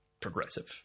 progressive